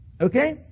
okay